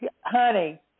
honey